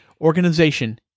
organization